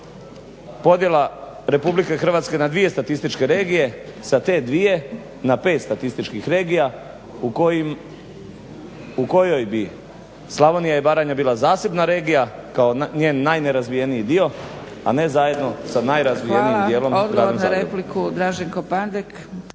podjela Republike Hrvatske na dvije statističke regije sa te dvije na pet statističkih regija u kojoj bi Slavonija i Baranja bila zasebna regija kao njen najnerazvijeniji dio, a ne zajedno sa najrazvijenijim dijelom gradom Zagrebom.